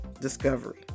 Discovery